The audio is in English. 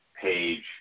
Page